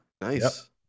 Nice